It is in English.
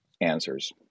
answers